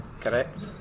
correct